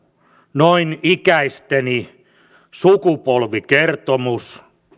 noin ikäisteni sukupolvikertomus